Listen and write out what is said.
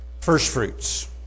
firstfruits